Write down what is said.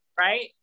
right